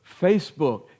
Facebook